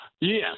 Yes